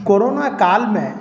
corona कालमे